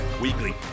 weekly